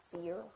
fear